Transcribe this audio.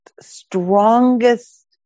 strongest